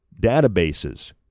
databases